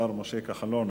השר משה כחלון.